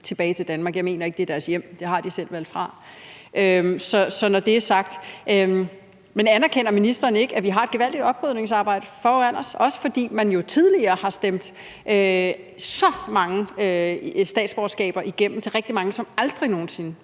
tilbage til Danmark. Jeg mener ikke, at det er deres hjem, og det har de selv valgt fra. Men når det er sagt, anerkender ministeren så ikke, at vi har et gevaldigt oprydningsarbejde foran os, også fordi man jo tidligere har stemt så mange statsborgerskaber igennem til rigtig mange, som aldrig nogen sinde